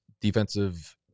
defensive